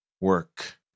work